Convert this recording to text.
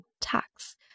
tax